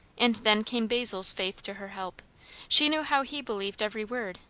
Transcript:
and then came basil's faith to her help she knew how he believed every word,